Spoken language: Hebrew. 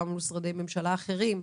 גם מול משרדי ממשלה אחרים,